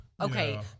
Okay